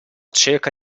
cerca